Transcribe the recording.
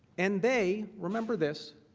and they, remember this,